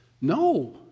No